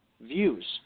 views